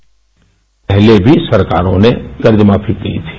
bite पहले भी सरकारों ने कर्ज माफी की थी